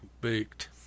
baked